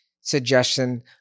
suggestion